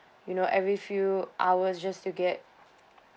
you know every few hours just to get